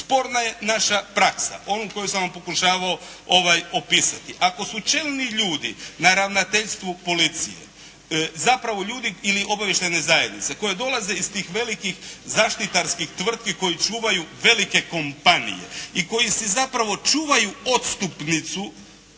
Sporna je naša praksa, onu koju sam vam pokušavao opisati. Ako su čelni ljudi, na ravnateljstvu policije. Zapravo ljudi ili obavještajne zajednice koje dolaze iz tih velikih zaštitarskih tvrtki koji čuvaju velike kompanije i koji su zapravo čuvaju odstupnicu